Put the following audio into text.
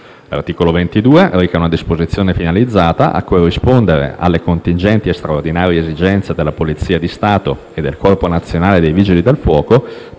L'articolo 22 reca una disposizione finalizzata a corrispondere alle contingenti e straordinarie esigenze della Polizia di Stato e del Corpo nazionale dei Vigili del fuoco